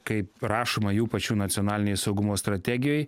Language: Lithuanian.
kaip rašoma jų pačių nacionalinėj saugumo strategijoj